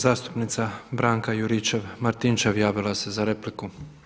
Zastupnica Branka JUričev-Martinčev javila se za repliku.